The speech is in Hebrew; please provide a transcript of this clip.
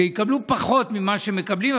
שיקבלו פחות ממה שמקבלים,